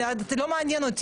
זה לא מעניין אותי.